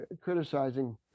criticizing